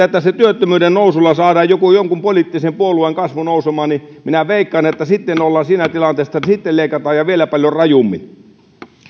että työttömyyden nousulla saadaan jonkun poliittisen puolueen kasvu nousemaan niin minä veikkaan että sitten ollaan siinä tilanteessa että sitten leikataan ja vielä paljon rajummin kiitän herra